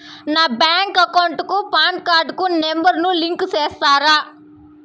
నా bank account కు PAN card number ను లింకు సేస్తారా?